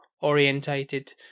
orientated